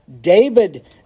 David